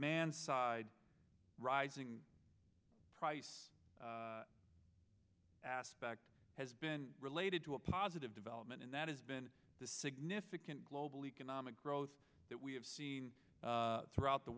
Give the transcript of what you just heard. demand side rising price aspect has been related to a positive development and that has been the significant global economic growth that we have seen throughout the